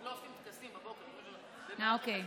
לא עושים טקסים בבוקר במערכת החינוך, אה, אוקיי.